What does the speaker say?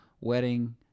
wedding